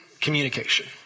communication